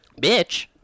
Bitch